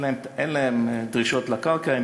אין להם דרישות על הקרקע,